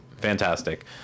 Fantastic